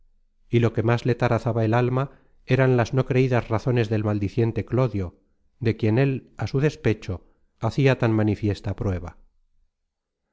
y lo que más le tarazaba el alma eran las no creidas razones del maldiciente clodio de quien él á su despecho hacia tan manifiesta prueba